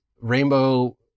rainbow